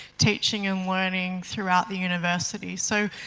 teaching and learning throughout the university. so,